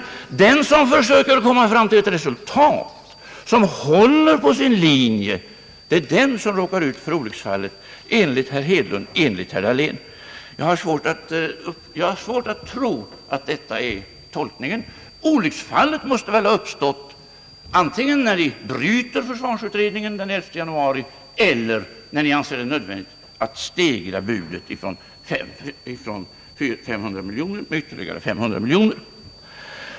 Det är den som försöker komma fram till ett resultat och håller på sin linje som råkar ut för olycksfall, enligt herrar Hedlund och Dahlén. Jag har svårt att tro på denna tolkning. Olycksfallet måste ha uppstått antingen när ni bröt försvarsutredningen den 11 januari eller när ni ansåg det nödvändigt att höja budet från 500 miljoner med ytterligare 500 miljoner.